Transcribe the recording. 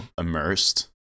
immersed